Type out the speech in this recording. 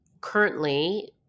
currently